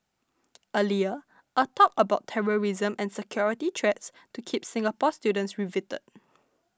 earlier a talk about terrorism and security threats to keep Singapore students riveted